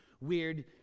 weird